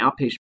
outpatient